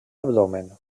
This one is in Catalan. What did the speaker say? abdomen